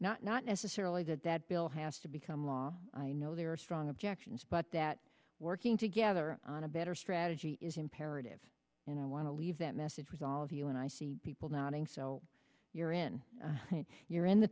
not not necessarily that that bill has to become law i know there are strong objections but that working together on a better strategy is imperative and i want to leave that message was all of you and i see people nodding so you're in you're in the